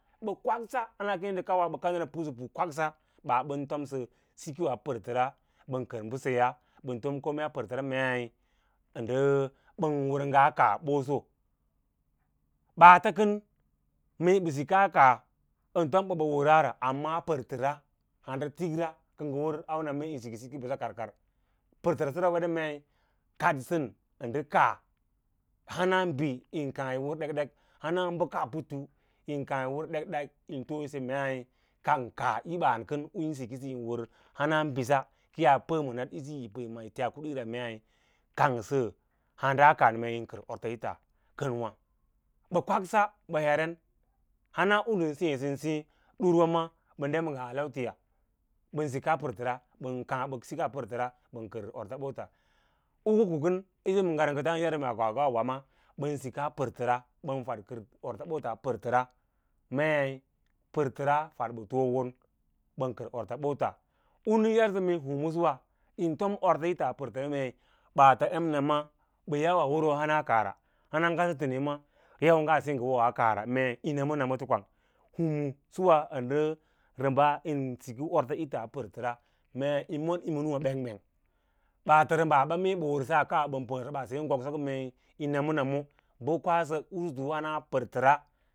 Bə kwaksa hana keẽ nə kauwa ɓə pusapu kwaksa ɓaa ɓan tomsə sikoo a pərtəra bən kər mbəseyaa ɓən tom kome a pər təra mei ə ndə ɓən nga a kaa ɓəsəwa, ɓaata kən mee ɓə sikas kaa ən tom ɓə wəra ra amma a pərtər handan tikra kə ngə wər auna me yin siki bəsa karkar pərtəsəra weda mai kadsən ə ndə kaah hana bi bən kaã bə wər dekdek bə ksa putu yín kaã yi wər dekdek yín too yi se meí kanga kaa ibs kən u yín senggəsə wər hans ɓiss ki yaa pəɗ ma natꞌisi yi pəə yo tics bukra ira mei kangsə hanɗa kaan mee koyi kər kwêêle ta kəmwa, ɓə kwaksa ɓə hene hana u nən seẽ seẽn sêě durwa ma ɓə dem nga alautiya, ɓə dem nga alatiya ɓən sikas pərtəra bən kər ortsbosa uku ko kən irin gargəta kaa yar me agwagwa ba ma bən ei kaa pər təra bən fee kəv orta botswa apərtəra mei pərtəra fad ɓə toon kwang bəm kər ortsbots u keẽsə mee kolor suwa yin tom or it pərtəra mee ɓaats emnama bə yawas oro hana kaa ra hans ngase təne ma yau nga senggo a kaara yín fom orts ita a pərtərs mee ɓaats emnama bə yawa wərou a kas ra hana a ngase təne yan nga wəroo a kaa ra mee yi name namots kwang ndə rənbs yín siki orts its apərtəra yi mon yi ma nûwâ ɓengnang ɓaats n mbaa sa mee ɓə wərsə a kaa ɓən pədsə ɓaa seẽ goksok mee namo nawo bə kwasə yi sike bəa pər təra.